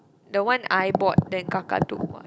the one I bought then kakak took one